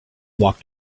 walked